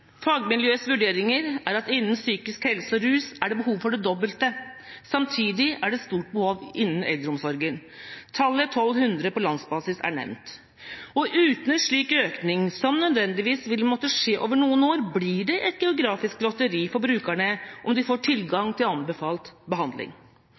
Fagmiljøets vurderinger er at innen psykisk helse og rus er det behov for det dobbelte. Samtidig er det stort behov innen eldreomsorgen. Tallet 1 200 på landsbasis er nevnt. Uten en slik økning, som nødvendigvis vil måtte skje over noen år, blir det et geografisk lotteri for brukerne om de får tilgang til anbefalt behandling.